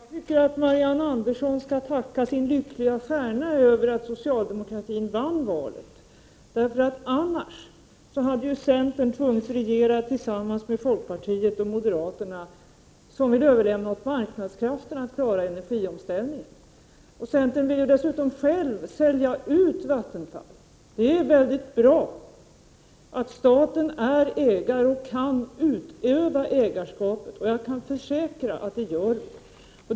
Herr talman! Jag tycker att Marianne Andersson skall tacka sin lyckliga stjärna att socialdemokratin vann valet. Annars hade centern tvingats regera tillsammans med folkpartiet och moderaterna, som vill överlämna åt marknadskrafterna att klara energiomställningen. Centern vill ju dessutom sälja ut Vattenfall. Det är bra att staten är ägare och kan utöva ägarskapet. Jag kan försäkra Marianne Andersson att vi gör detta.